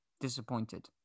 disappointed